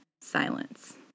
silence